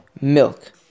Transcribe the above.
milk